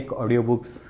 audiobooks